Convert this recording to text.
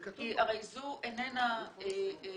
היום ה-18 לדצמבר 2018, י' בטבת,